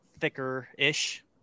thicker-ish